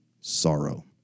sorrow